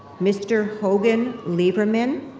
mr. hogan levermann,